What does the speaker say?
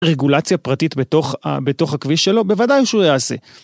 רגולציה פרטית בתוך ה- בתוך הכביש שלו, בוודאי שהוא יעשה.